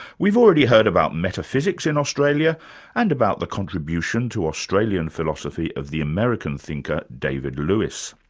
we've already heard about metaphysics in australia and about the contribution to australian philosophy of the american thinker david lewis.